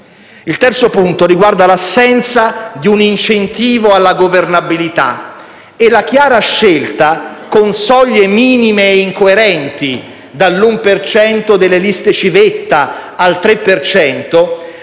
Il terzo limite punto riguarda l'assenza di un incentivo alla governabilità e la chiara scelta, con soglie minime e incoerenti - dall'uno per cento delle liste civetta al tre